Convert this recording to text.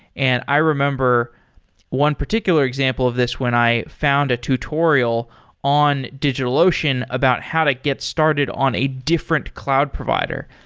and i remember one particular example of this when i found a tutorial in digitalocean about how to get started on a different cloud provider.